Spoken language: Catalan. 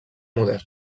moderna